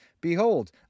Behold